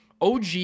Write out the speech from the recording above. OG